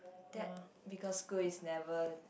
that because school is never